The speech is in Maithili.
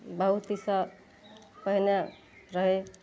बहुत कुछ तऽ पहिने रहय